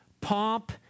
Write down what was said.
pomp